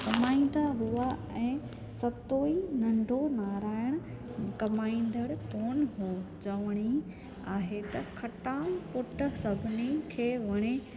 कमाईंदा हुआ ऐं सतो ई नंढो नारायण कमाईंदड़ु कोन हो चविणी आहे त खटाण पुटु सभिनिनि खे वणे